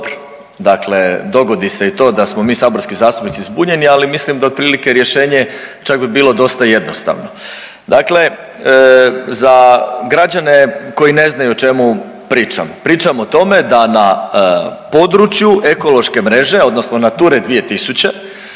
dakle dogodi se i to da smo mi saborski zastupnici zbunjeni ali mislim da otprilike rješenje čak bi bilo dosta jednostavno. Dakle, za građane koji ne znaju o čemu pričam, pričam o tome da na području ekološke mreže odnosno Nature 2000,